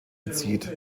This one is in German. bezieht